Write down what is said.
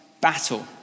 battle